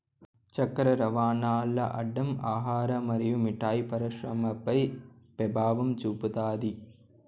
చక్కర రవాణాల్ల అడ్డం ఆహార మరియు మిఠాయి పరిశ్రమపై పెభావం చూపుతాది